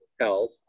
health